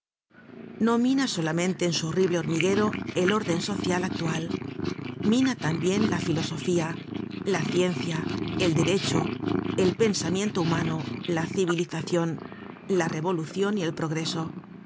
mina solamente en su horrible hormiguero el orden social actual mina tambien la filosofía la ciencia el derecho el pensamiento humano la civilizacion la revolucion y el progreso